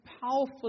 powerful